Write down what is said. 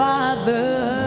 Father